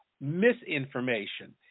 misinformation